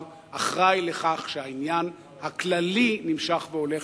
אחראי לכך שהעניין הכללי נמשך והולך.